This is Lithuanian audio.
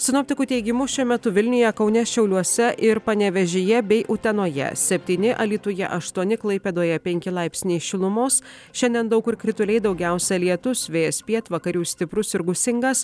sinoptikų teigimu šiuo metu vilniuje kaune šiauliuose ir panevėžyje bei utenoje septyni alytuje aštuoni klaipėdoje penki laipsniai šilumos šiandien daug kur krituliai daugiausiai lietus vėjas pietvakarių stiprūs ir gūsingas